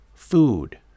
Food